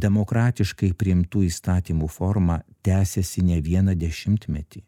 demokratiškai priimtų įstatymų forma tęsiasi ne vieną dešimtmetį